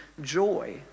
joy